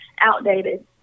outdated